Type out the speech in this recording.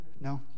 No